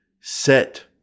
set